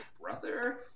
brother